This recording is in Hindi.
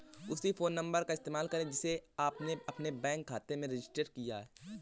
उसी फ़ोन नंबर का इस्तेमाल करें जिसे आपने अपने बैंक खाते में रजिस्टर किया है